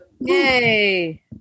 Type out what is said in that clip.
Yay